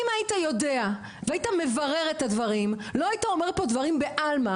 אם היית יודע והיית מברר את הדברים לא היית אומר פה דברים בעלמא